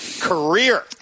career